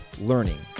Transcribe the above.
Learning